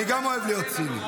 אני גם אוהב להיות ציני.